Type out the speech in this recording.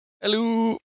Hello